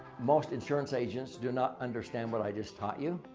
most insurance agents do not understand what i just taught you.